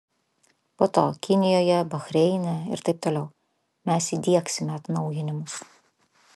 po to kinijoje bahreine ir taip toliau mes įdiegsime atnaujinimus